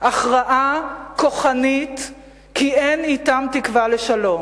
הכרעה כוחנית כי אין אתם תקווה לשלום.